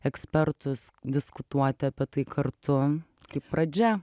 ekspertus diskutuoti apie tai kartu kaip pradžia